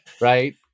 Right